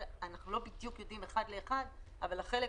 אנחנו לא בדיוק יודעים אחד לאחד אבל החלק